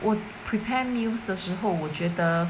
我 prepare meals 的时候我觉得